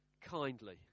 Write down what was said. kindly